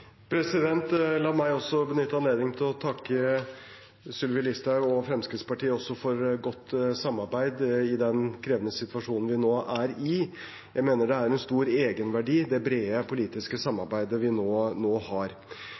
det? La meg også benytte anledningen til å takke Sylvi Listhaug og Fremskrittspartiet for godt samarbeid i den krevende situasjonen vi nå er i. Jeg mener det har en stor egenverdi, det brede politiske samarbeidet vi nå har.